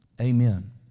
Amen